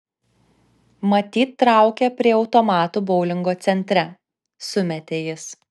matyt traukia prie automatų boulingo centre sumetė jis